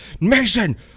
Mason